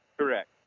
Correct